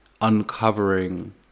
uncovering